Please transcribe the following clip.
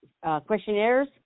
questionnaires